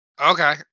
Okay